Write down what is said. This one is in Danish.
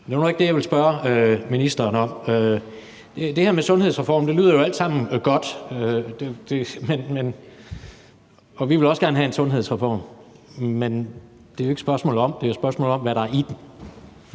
Det var nu ikke det, jeg ville spørge ministeren om. Det her med sundhedsreformen lyder jo alt sammen godt, og vi vil også gerne have en sundhedsreform, men det er jo ikke det, der er spørgsmål om, men om, hvad den